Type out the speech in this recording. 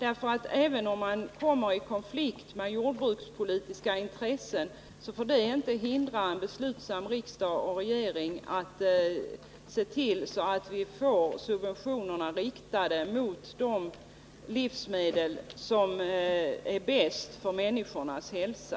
Även om man skulle komma i konflikt med jordbrukspolitiska intressen får det inte hindra en beslutsam riksdag och regering att se till att vi får subventionerna riktade mot de livsmedel som är bäst för människornas hälsa.